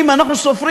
אומרים: אנחנו סופרים,